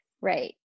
Right